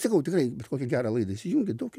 sakau tikrai bet kokią gerą laidą įsijungi tokią